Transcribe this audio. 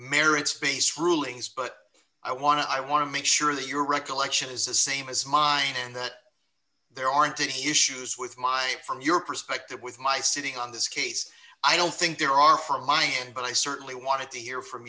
merit space rulings but i want to i want to make sure that your recollection is the same as mine and that there aren't any issues with my from your perspective with my sitting on this case i don't think there are far behind but i certainly wanted to hear from